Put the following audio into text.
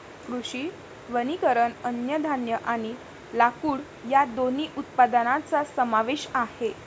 कृषी वनीकरण अन्नधान्य आणि लाकूड या दोन्ही उत्पादनांचा समावेश आहे